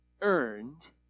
earned